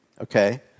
okay